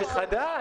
הוא חדש